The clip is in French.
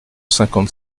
cinquante